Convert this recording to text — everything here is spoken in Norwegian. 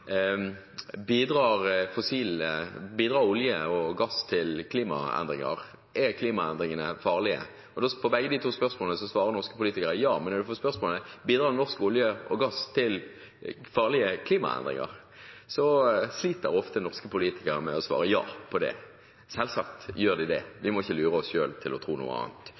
Bidrar olje og gass til klimaendringer? Er klimaendringene farlige? På begge de to spørsmålene svarer norske politikere ja, men når de får spørsmålet: Bidrar norsk olje og gass til farlige klimaendringer, sliter ofte norske politikere med å svare ja på det. Selvsagt gjør de det, og vi må ikke lure oss selv til å tro noe annet.